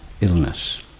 illness